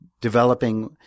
developing